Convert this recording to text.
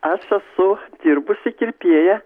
aš esu dirbusi kirpėja